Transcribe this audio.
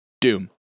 doom